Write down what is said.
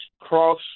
cross